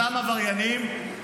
אותם עבריינים,